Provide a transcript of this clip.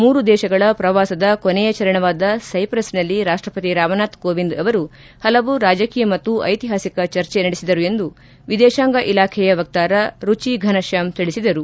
ಮೂರು ದೇಶಗಳ ಪ್ರವಾಸದ ಕೊನೆಯ ಚರಣವಾದ ಸ್ಪೆಪ್ರಸ್ನಲ್ಲಿ ರಾಷ್ಲಪತಿ ರಾಮನಾಥ ಕೋವಿಂದ ಅವರು ಹಲವು ರಾಜಕೀಯ ಮತ್ತು ಐತಿಹಾಸಿಕ ಚರ್ಚೆ ನಡೆಸಿದರು ಎಂದು ವಿದೇಶಾಂಗ ಇಲಾಖೆಯ ವಕ್ತಾರ ರುಚಿ ಫನಶ್ಲಾಮ್ ತಿಳಿಸಿದರು